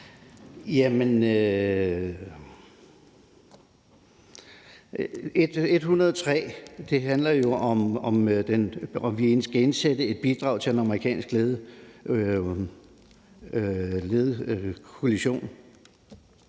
103 handler jo om, at vi skal indsætte et bidrag til den amerikansk ledede koalition,